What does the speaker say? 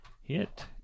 hit